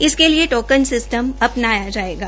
इसके लिए token system अपनाया जायेगा